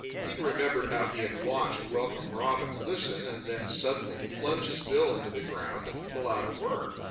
peter remembered how he had watched welcome robin listen and then suddenly plunge his bill into the ground and pull out a worm.